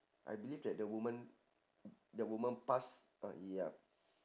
I believe that the woman the woman pass uh yup